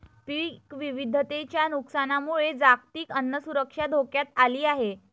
पीक विविधतेच्या नुकसानामुळे जागतिक अन्न सुरक्षा धोक्यात आली आहे